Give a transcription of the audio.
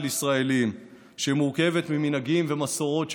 ישראלים שמורכבת ממנהגים ומסורות שונות,